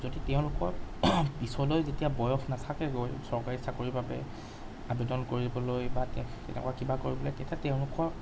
যদি তেওঁলোকৰ পিছলৈ যেতিয়া বয়স নাথাকেগৈ চৰকাৰী চাকৰিৰ বাবে আবেদন কৰিবলৈ বা তে তেনেকুৱা কিবা কৰিবলৈ তেতিয়া তেওঁলোকৰ